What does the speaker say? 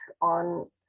on